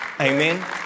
Amen